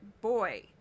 boy